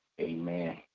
amen